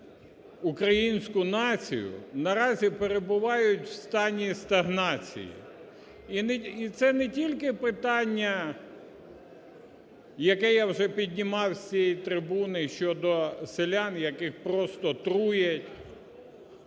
українську націю, наразі перебувають в стані стагнації. І це не тільки питання, яке я вже піднімав з цієї трибуни: щодо селян, яких просто труять